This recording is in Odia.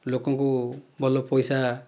ଲୋକଙ୍କୁ ଭଲ ପଇସା